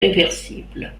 réversible